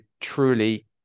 truly